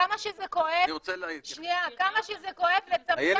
כמה שזה כואב לצמצם